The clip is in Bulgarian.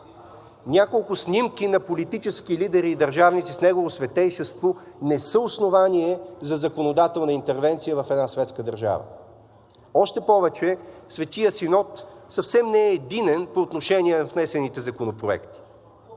Няколко снимки на политически лидери и държавници с Негово Светейшество не са основание за законодателна интервенция в една светска държава. Още повече, Светият синод съвсем не е единен по отношение на внесените законопроекти.